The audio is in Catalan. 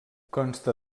consta